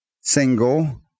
Single